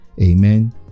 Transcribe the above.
Amen